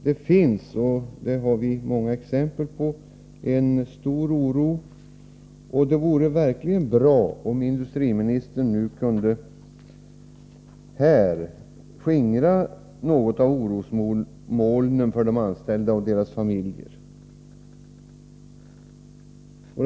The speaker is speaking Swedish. Det finns, och det har vi många exempel på, stor oro. Det vore verkligen bra, om industriministern nu här kunde skingra några av orosmolnen för de anställda och deras familjer.